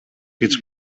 гэж